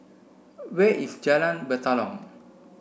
where is Jalan Batalong